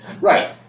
Right